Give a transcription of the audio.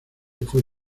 fue